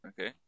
Okay